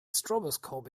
stroboscope